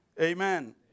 Amen